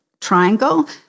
triangle